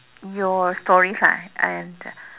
your stories lah and